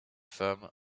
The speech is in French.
femme